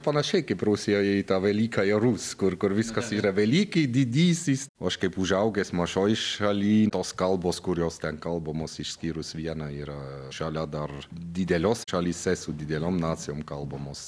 panašiai kaip rusijoje ta velykaja rus kur kur viskas yra velykij didysis aš kaip užaugęs mažoj šaly tos kalbos kurios ten kalbamos išskyrus vieną yra šalia dar dideliose šalyse su dideliom nacijom kalbamos